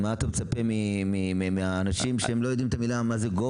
מה אתה מצפה מאנשים שלא יודעים את המילה Gov